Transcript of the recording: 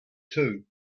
two